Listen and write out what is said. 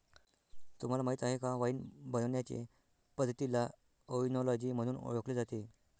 तुम्हाला माहीत आहे का वाइन बनवण्याचे पद्धतीला ओएनोलॉजी म्हणून ओळखले जाते